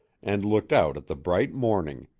and looked out at the bright morning.